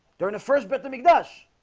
during the first bit to make nests